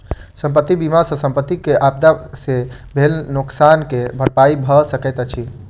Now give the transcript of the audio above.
संपत्ति बीमा सॅ संपत्ति के आपदा से भेल नोकसान के भरपाई भअ सकैत अछि